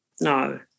No